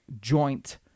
joint